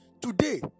today